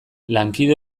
lankide